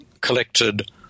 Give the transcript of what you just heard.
collected